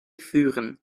vuren